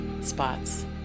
spots